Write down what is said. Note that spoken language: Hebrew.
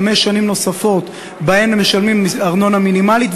חמש שנים נוספות שבהן משלמים ארנונה מינימלית,